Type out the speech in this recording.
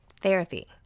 Therapy